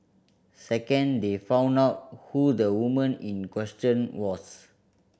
second they found out who the woman in question was